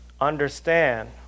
understand